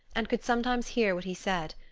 and could sometimes hear what he said.